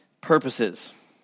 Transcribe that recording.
purposes